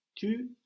Tu